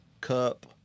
Cup